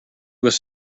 was